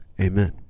Amen